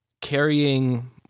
carrying